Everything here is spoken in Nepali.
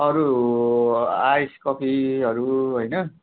अरू आइस् कफिहरू होइन